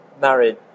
married